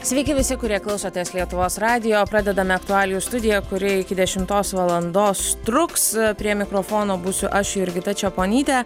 sveiki visi kurie klausotės lietuvos radijo pradedame aktualijų studiją kuri iki dešimtos valandos truks prie mikrofono būsiu aš jurgita čeponytė